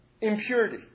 impurity